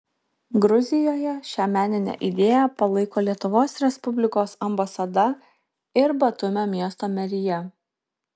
gruzijoje šią meninę idėją palaiko lietuvos respublikos ambasada ir batumio miesto merija